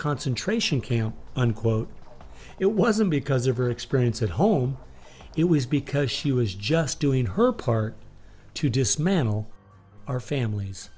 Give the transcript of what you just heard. concentration camp unquote it wasn't because of her experience at home it was because she was just doing her part to dismantle our families